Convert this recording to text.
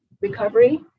recovery